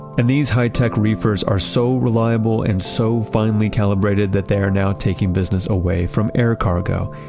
and these high-tech reefers are so reliable and so finely calibrated that they are now taking business away from air cargo,